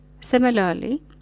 Similarly